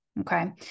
Okay